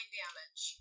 damage